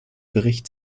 bericht